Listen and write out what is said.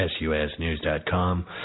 susnews.com